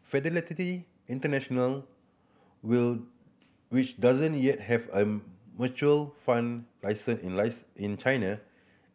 Fidelity International will which doesn't yet have a mutual fund license in in China